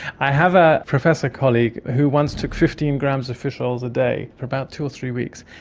i have a professor colleague who once took fifteen grams of fish oils a day for about two or three weeks,